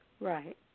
Right